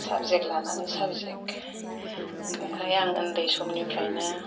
subject लानानै subject इनिफ्राय आं उन्दै समनिफ्रायनो